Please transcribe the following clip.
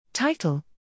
Title